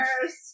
first